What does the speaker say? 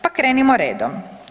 Pa krenimo redom.